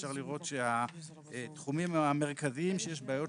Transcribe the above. אפשר לראות שהתחומים המרכזיים שיש בעיות